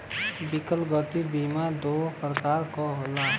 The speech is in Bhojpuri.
विकलागंता बीमा दू प्रकार क होला